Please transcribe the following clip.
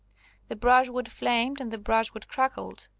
the brushwood flamed, and the brushwood crackled,